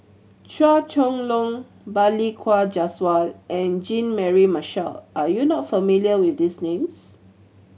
Chua Chong Long Balli Kaur Jaswal and Jean Mary Marshall Are you not familiar with these names